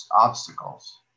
obstacles